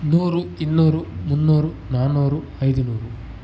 ನೂರು ಇನ್ನೂರು ಮುನ್ನೂರು ನಾನೂರು ಐದು ನೂರು